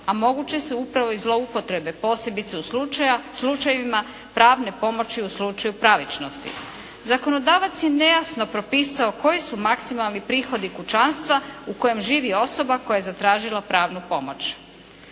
a moguće su upravo i zlouporabe posebice u slučajevima pravne pomoći u slučaju pravičnosti. Zakonodavac je nejasno propisao koji su maksimalni prihodi kućanstva u kojem živi osoba koja je zatražila pravnu pomoć.